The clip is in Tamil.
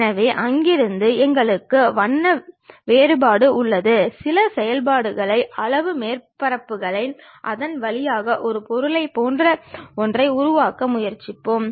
பரிமாணங்கள் மற்ற விஷயங்கள் குறைந்தது 2D தாள்களில் சற்று வளைந்திருந்தாலும் அது அந்த பொருளின் காட்சிப்படுத்தலை நமக்கு வழங்குகிறது